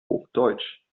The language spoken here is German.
hochdeutsch